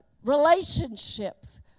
relationships